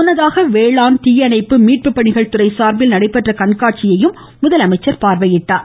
முன்னதாக வேளாண் தீயணைப்பு மீட்புப் பணிகள் துறை சார்பில் நடைபெற்ற கண்காட்சியையும் முதலமைச்சர் பார்வையிட்டார்